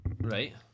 Right